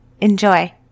Enjoy